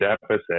deficit